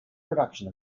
production